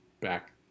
back